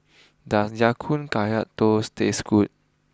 does Ya Kun Kaya Toast taste good